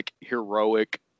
heroic